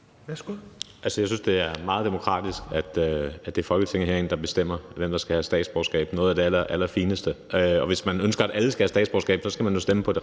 Jeg synes, det er meget demokratisk, at det er Folketinget herinde, der bestemmer, hvem der skal have statsborgerskab – noget af det allerallerfineste. Hvis man ønsker, at alle skal have statsborgerskab, skal man jo stemme på